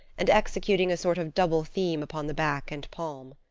and executing a sort of double theme upon the back and palm.